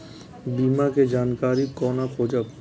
बीमा के जानकारी कोना खोजब?